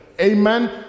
amen